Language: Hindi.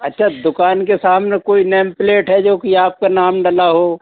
अच्छा दुकान के सामने कोई नेम प्लेट है जो कि आपका नाम डला हो